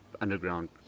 underground